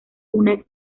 una